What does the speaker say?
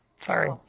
Sorry